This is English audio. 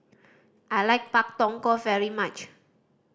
I like Pak Thong Ko very much